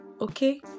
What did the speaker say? Okay